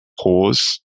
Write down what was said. pause